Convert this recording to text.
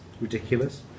ridiculous